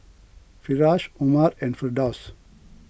Firash Umar and Firdaus